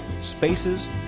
spaces